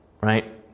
right